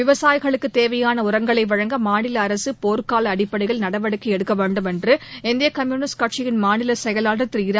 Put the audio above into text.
விவசாயிகளுக்கு தேவையான உரங்களை வழங்க மாநில அரசு போர்னால அடிப்படையில் நடவடிக்கை எடுக்க வேண்டும் என்று இந்திய கம்யூனிஸ்ட் கட்சியின் மாநிலச்செயலாளர் திரு இரா